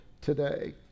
today